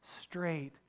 straight